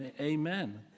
Amen